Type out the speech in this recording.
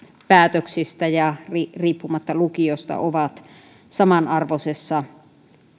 päätöksistä ja riippumatta lukiosta ovat samanarvoisessa